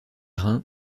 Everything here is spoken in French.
reins